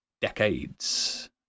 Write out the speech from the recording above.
decades